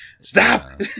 Stop